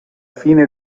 fine